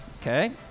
okay